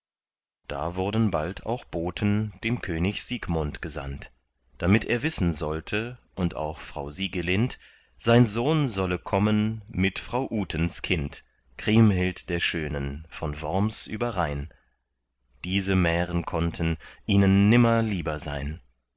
da wurden bald auch boten dem könig siegmund gesandt damit er wissen sollte und auch frau siegelind sein sohn solle kommen mit frau utens kind kriemhild der schönen von worms über rhein diese mären konnten ihnen nimmer lieber sein